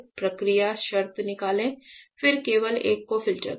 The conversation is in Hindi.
प्रक्रिया शर्त निकालें फिर केवल एक को फ़िल्टर करें